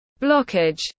blockage